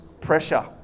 pressure